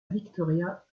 victoria